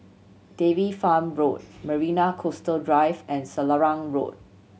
Dairy Farm Road Marina Coastal Drive and Selarang Road